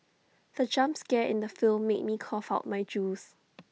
the jump scare in the film made me cough out my juice